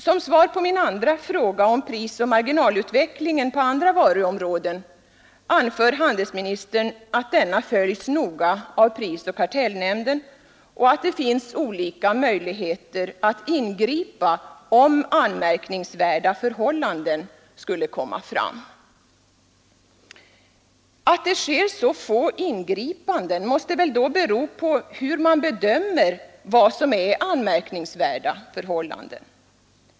Som svar på min andra fråga, om prisoch marginalutvecklingen på andra varuområden, anför handelsministern att frågan följs noga av prisoch kartellnämnden och att det finns olika möjligheter att ingripa om anmärkningsvärda förhållanden skulle komma fram. Att det sker så få ingripanden måste väl då bero på hur man bedömer vad som är anmärkningsvärda förhållanden.